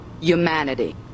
humanity